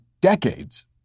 decades